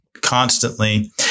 constantly